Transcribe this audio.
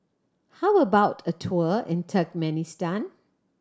how about a tour in Turkmenistan